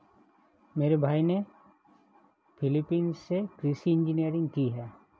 मेरे भाई ने फिलीपींस से कृषि इंजीनियरिंग की है